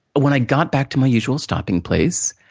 when i got back to my usual stopping place,